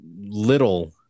little